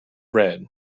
red